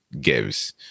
gives